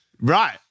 Right